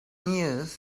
news